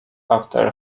after